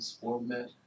format